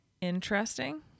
interesting